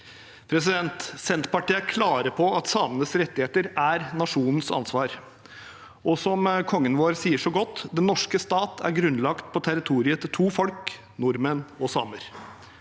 tiltak. Senterpartiet er klar på at samenes rettigheter er nasjonens ansvar. Som kongen vår så godt sa det: «Den norske stat er grunnlagt på territoriet til to folk – nordmenn og samer.»